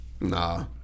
nah